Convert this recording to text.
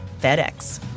FedEx